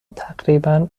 تقریبا